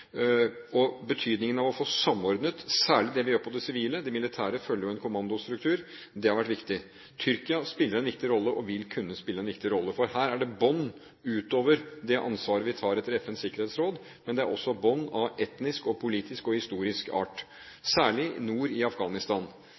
og menn i uniform, og betydningen av å få samordnet særlig det vi gjør på det sivile området – det militære følger jo en kommandostruktur – har vært viktig. Tyrkia spiller en viktig rolle og vil kunne spille en viktig rolle. For her er det bånd utover det ansvaret vi tar etter FNs sikkerhetsråd, men det er også bånd av etnisk, politisk og historisk art, særlig nord i Afghanistan.